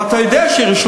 ואתה יודע שירושלים,